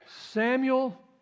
Samuel